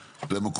אסף,